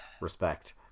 Respect